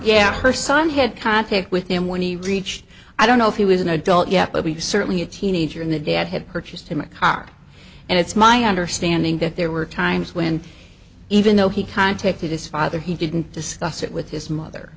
yeah her son had contact with him when he reached i don't know if he was an adult yet but we certainly a teenager in the dad had purchased him a car and it's my understanding that there were times when even though he contacted his father he didn't discuss it with his mother